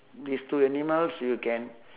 these two animals you can